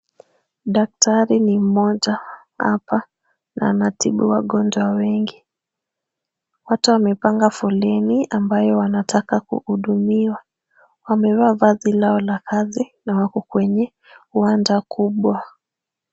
Daktari ni mmoja hapa na anatibu wagonjwa wengi. Watu wamepanga foleni ambayo wanataka kuhudumiwa. Wamevaa vazi lao la kazi na wako kwenye uwanja kubwa.